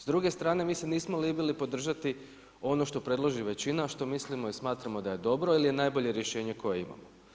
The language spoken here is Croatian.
S druge strane, mi se nismo libili podržati ono što predloži većina, što mislim i smatramo da je dobro ili je najbolje rješenje koje imamo.